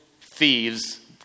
thieves